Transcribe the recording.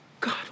God